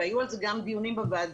והיו על זה גם דיונים בוועדה,